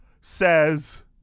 says